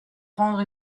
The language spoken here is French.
prendre